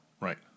Right